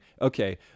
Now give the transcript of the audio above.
okay